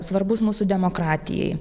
svarbus mūsų demokratijai